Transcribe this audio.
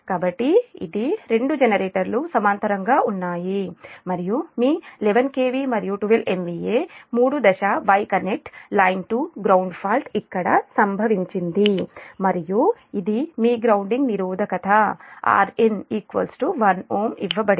కాబట్టి ఇది రెండు జనరేటర్లు సమాంతరంగా ఉన్నాయి మరియు మీ 11kV మరియు 12 MVA మూడు దశ Y connect line 2 ground fault ఇక్కడ సంభవించింది మరియు ఇది మీ గ్రౌండింగ్ నిరోధకత Rn 1Ω ఇవ్వబడింది